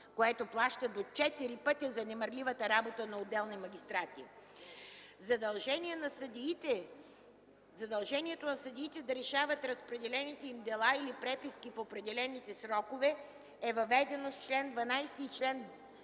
което плаща до четири пъти за немарливата работа на отделни магистрати. Задължението на съдиите да решават разпределените им дела и преписки в определените срокове е въведено с чл. 12 и чл.